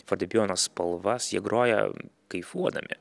fortepijono spalvas jie groja kaifuodami